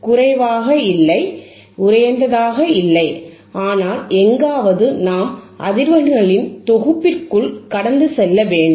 குறைவாக இல்லை உயர்ந்ததாக இல்லை ஆனால் எங்காவது நாம் அதிர்வெண்களின் தொகுப்பிற்குள் கடந்து செல்ல வேண்டும்